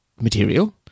material